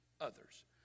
others